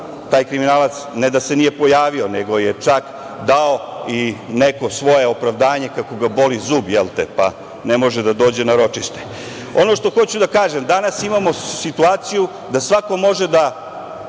taj kriminalac, ne da se nije pojavio, nego je čak dao i neko svoje opravdanje kako ga boli zub, pa ne može da dođe na ročište. Danas imamo situaciju da svako može da